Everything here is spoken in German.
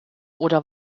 oder